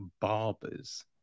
barbers